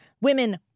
women